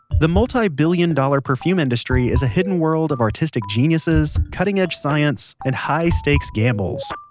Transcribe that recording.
the multi-billion dollar perfume industry is a hidden world of artistic geniuses, cutting edge science, and high-stakes gambles.